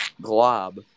glob